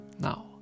Now